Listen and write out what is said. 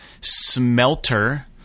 Smelter